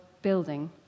building